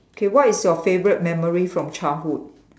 okay what is your favorite memory from childhood